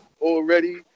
already